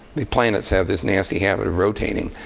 the planets have this nasty habit of rotating.